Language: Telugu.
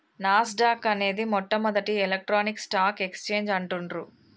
నాస్ డాక్ అనేది మొట్టమొదటి ఎలక్ట్రానిక్ స్టాక్ ఎక్స్చేంజ్ అంటుండ్రు